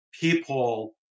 people